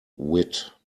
wit